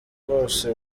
bose